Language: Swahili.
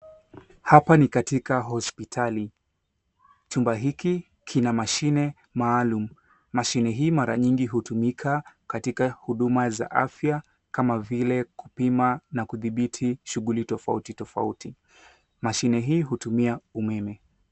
hapa ni katika hospitali, chumba hiki kina machine maalum. Machine hii mara nyingi hutumika katika huduma za afya, kama vile kupima na kudhibiti shughuli tofauti tofauti. Machine hii hutumia umeme.